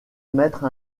mettre